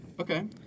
Okay